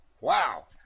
Wow